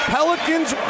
Pelicans